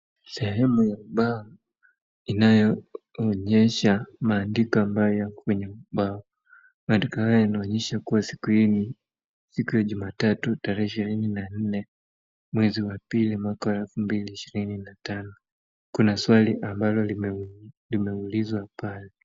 Sehemu ya ubao inayoonyesha maandiko ambayo yako kwenye ubao. Maandiko hayo yanaonyesha kuwa siku hii siku ya jumatatu tarehe ishirini na nne mwezi wa pili mwaka wa elfu mbili ishirini na tano. Kuna swali ambalo limeulizwa pale.